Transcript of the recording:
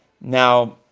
Now